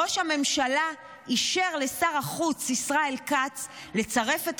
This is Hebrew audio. ראש הממשלה אישר לשר החוץ ישראל כץ לצרף את